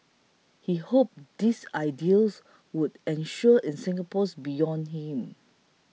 he hoped these ideals would endure in Singapore's beyond him